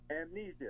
amnesia